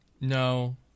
No